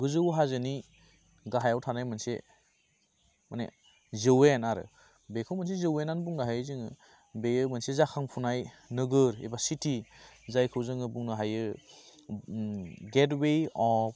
गोजौ हाजोनि गाहायाव थानाय मोनसे माने जौयेन आरो बेखौ मोनसे जौयेनानो बुंनो हायो जोङो बेयो मोनसे जाखांफुनाय नोगोर एबा सिटि जायखौ जोङो बुंनो हायो गेट वे अफ